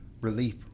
relief